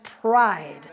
pride